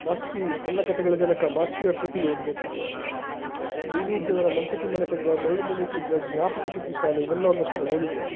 ಮಾಸ್ತಿ ಸಣ್ಣ ಕಥೆಗಳ ಜನಕ ಮಾಸ್ತಿಯವ್ರ ಕೃತಿಗಳು ಓದ್ಬೇಕು ನಾವು ಡಿ ವಿ ಜಿಯವರ ಮಂಕು ತಿಮ್ಮನ ಕಗ್ಗ ಮರಳು ಮುನಿ ಕಗ್ಗ ಜ್ಞಾಪಕ ಚಿತ್ರಶಾಲೆ ಇವೆಲ್ಲ ಒಂದಷ್ಟು ಓದಿದರೆ